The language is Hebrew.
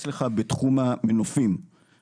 בתחום המנופים אני ממליץ לך,